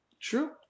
true